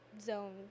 zone